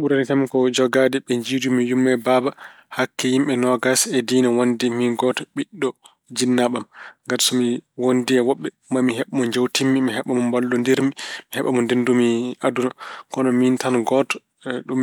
Ɓurani kam ko jogaade mi mjiidu-mi yumma e baaba hakke yimɓe noogas e diine wonde miin gooto ɓiɗɗo jinnaaɓe am. Ngati so mi wonndii e woɓɓe, maa heɓ mo njeewtid-mi, maa mi heɓ mo mballondirmi, mi heɓa mo ndenndu-mi aduna. Kono miin tan gooto,